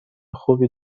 خوبی